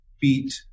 beat